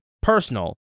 personal